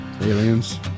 aliens